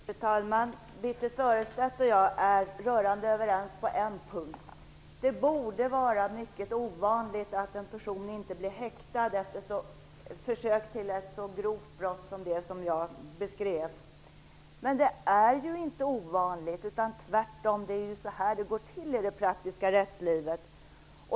Fru talman! Birthe Sörestedt och jag är rörande överens på en punkt: Det borde vara mycket ovanligt att en person inte blir häktad efter försök till ett så grovt brott som det som jag beskrev. Men det är ju inte ovanligt. Tvärtom - det är så här det går till i det praktiska rättslivet.